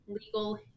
legal